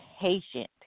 patient